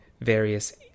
various